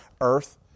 earth